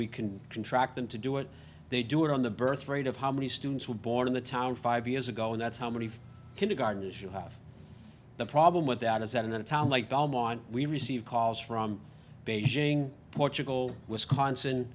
we can contract them to do it they do it on the birth rate of how many students were born in the town five years ago and that's how many kindergartners you have the problem with that is that in a town like belmont we receive calls from beijing portugal wisconsin